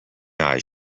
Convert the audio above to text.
eyes